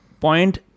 point